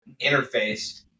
interface